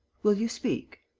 will you speak?